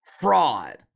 fraud